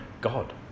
God